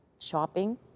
shopping